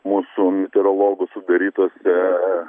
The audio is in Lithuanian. mūsų meteorologų sudarytose